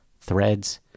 threads